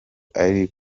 ari